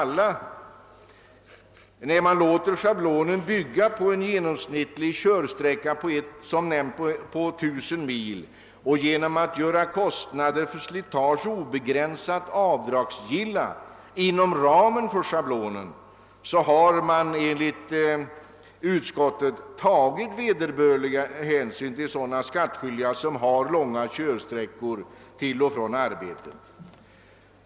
Genom att låta schablonen bygga på en genomsnittlig körsträcka på, såsom nämnts, 1 000 mil och genom att göra kostnader för slitage obegränsat avdragsgilla inom ramen för schablonen har man enligt utskottets mening tagit vederbörlig hänsyn till sådana skattskyldiga som har långa körsträckor till och från arbetet.